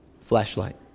Flashlight